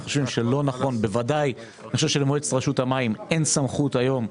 אני חושב שלמועצת רשות המים אין סמכות היום,